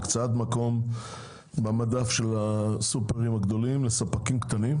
הקצאת מקום במדף של הסופרים הגדולים לספקים קטנים,